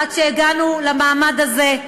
עד שהגענו למעמד הזה,